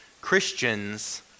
Christians